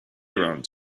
around